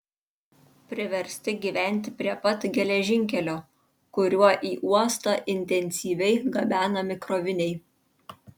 priversti gyventi prie pat geležinkelio kuriuo į uostą intensyviai gabenami kroviniai